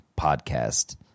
podcast